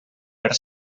per